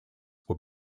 were